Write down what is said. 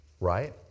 Right